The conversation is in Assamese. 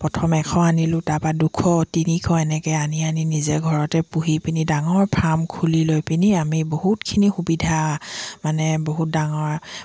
প্ৰথম এশ আনিলোঁ তাৰপা দুশ তিনিশ এনেকৈ আনি আনি নিজে ঘৰতে পুহি পিনি ডাঙৰ ফাৰ্ম খুলি লৈ পিনি আমি বহুতখিনি সুবিধা মানে বহুত ডাঙৰ